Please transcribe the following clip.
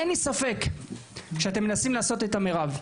אין לי ספק שאתם מנסים לעשות את המרב,